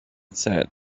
said